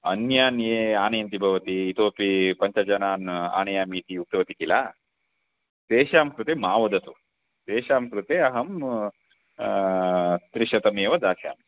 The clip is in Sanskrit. अन्यान् ये आनयन्ति भवती इतोपि पञ्चजनान् आनयामि इति उक्तवती किल तेषां कृते मा वदतु तेषां कृते अहं त्रिशतमेव दास्यामि